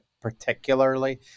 particularly